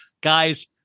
guys